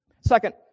Second